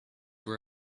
were